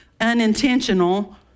unintentional